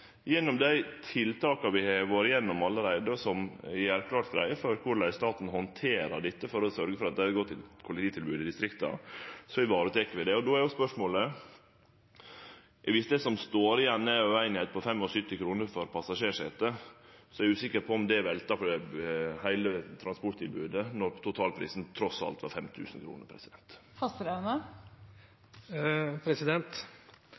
gjennom dei tiltaka vi har vore igjennom allereie, som gjer klart greie for korleis staten handterer dette for å sørgje for at det er eit godt kollektivtilbod i distrikta, varetek vi dette. Då er spørsmålet: Dersom det som står igjen, er ei eining på 75 kr for passasjersetet, er eg usikker på om det veltar heile transporttilbodet, når totalprisen trass alt